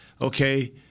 Okay